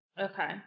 Okay